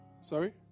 Sorry